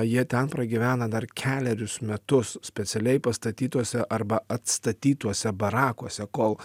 jie ten pragyvena dar kelerius metus specialiai pastatytuose arba atstatytuose barakuose kol